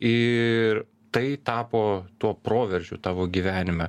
ir tai tapo tuo proveržiu tavo gyvenime